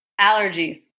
Allergies